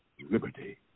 liberty